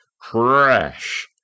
Crash